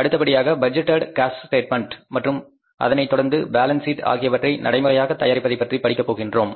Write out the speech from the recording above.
அடுத்தபடியாக budgeted cash statement மற்றும் அதனைத்தொடர்ந்து பேலன்ஸ் ஷீட் ஆகியவற்றை நடைமுறையாக தயாரிப்பதைப் பற்றி படிக்கப் போகிறோம்